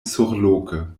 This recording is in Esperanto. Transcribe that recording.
surloke